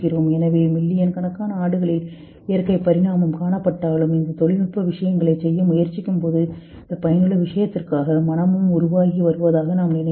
எனவே மில்லியன் கணக்கான ஆண்டுகளில் இயற்கை பரிணாமம் காணப்பட்டாலும் இந்த தொழில்நுட்ப விஷயங்களைச் செய்ய முயற்சிக்கும்போது இந்த பயனுள்ள விஷயத்திற்காக மனமும் உருவாகி வருவதாக நாம் நினைக்கிறோம்